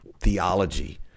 theology